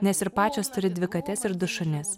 nes ir pačios turi dvi kates ir du šunis